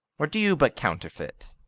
or do you but counterfeit?